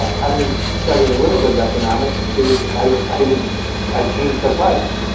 ah having studied a little bit of economics, is i changed i changed the price.